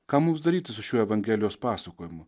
ką mums daryti su šiuo evangelijos pasakojimu